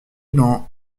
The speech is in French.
dans